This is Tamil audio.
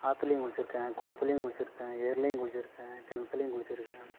ஆற்றுலையும் குளிச்சிருக்கேன் குளத்துலையும் குளிச்சிருக்கேன் ஏரியிலையும் குளிச்சிருக்கேன் கிணத்துலையும் குளிச்சிருக்கேன்